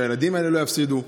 שהילדים האלה לא יפסידו.